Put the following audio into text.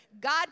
God